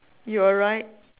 you are right